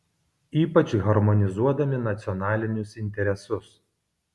ypač harmonizuodami nacionalinius interesus